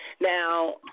Now